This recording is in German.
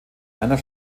einer